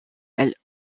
elle